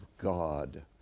God